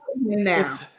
now